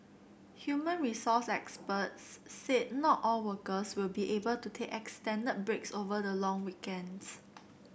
human resource experts said not all workers will be able to take extended breaks over the long weekends